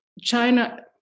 China